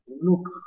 Look